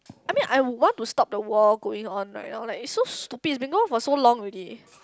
I mean I would want to stop the war going on right I would like so stupid it's been going on for so long already